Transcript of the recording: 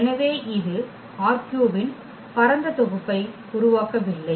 எனவே இது ℝ3 இன் பரந்த தொகுப்பை உருவாக்கவில்லை